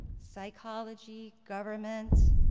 psychology, government.